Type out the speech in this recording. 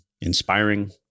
inspiring